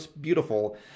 beautiful